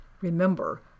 Remember